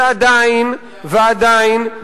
ועדיין, ועדיין,